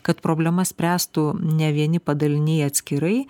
kad problemas spręstų ne vieni padaliniai atskirai